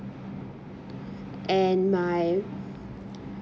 and my